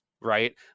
right